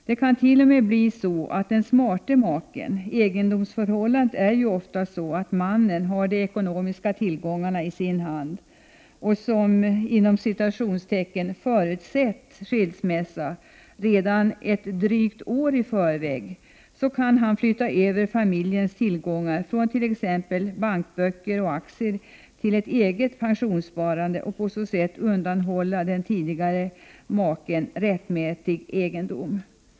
Det kan t.o.m. bli så att den smarte maken — egendomsförhållandet är ju ofta sådant att mannen har de ekonomiska tillgångarna i sin hand - som ”förutsett” skilsmässa redan drygt ett år i förväg kan flytta över familjens tillgångar från t.ex. bankböcker och aktier till ett eget pensionssparande och på så sätt undanhålla den tidigare makan rättmätig egendom.